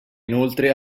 inoltre